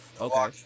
Okay